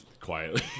quietly